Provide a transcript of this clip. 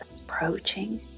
approaching